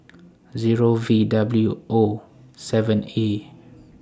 Zero V W O seven A